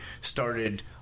started